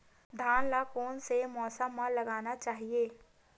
धान ल कोन से मौसम म लगाना चहिए?